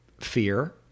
fear